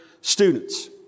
students